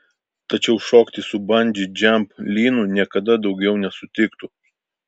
tačiau šokti su bandži džamp lynu niekada daugiau nesutiktų